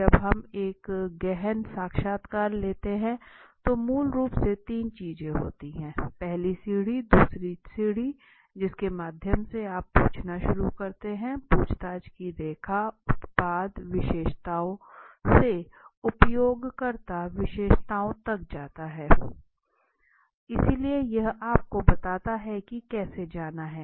जब हम एक गहन साक्षात्कार लेते हैं तो मूल रूप से तीन चीजें होती हैं पहली सीढ़ी दूसरी सीढ़ी जिसके माध्यम से आप पूछना शुरू करते हैं पूछताछ की रेखा उत्पाद विशेषताओं से उपयोगकर्ता विशेषताओं तक जाती है इसलिए यह आपको बताता है कि कैसे जाना है